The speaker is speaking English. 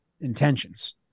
intentions